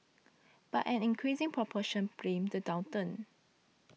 but an increasing proportion blamed the downturn